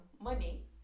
money